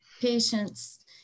patients